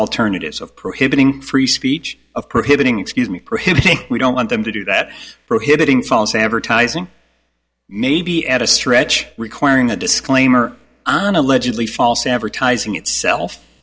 alternatives of prohibiting free speech of prohibiting excuse me prohibiting we don't want them to do that prohibiting false advertising maybe at a stretch requiring a disclaimer on allegedly false advertising itself